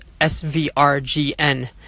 SVRGN